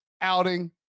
outing